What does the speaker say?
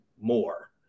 more